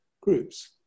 groups